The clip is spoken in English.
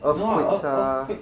earthquakes ah